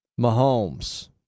Mahomes